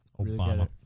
Obama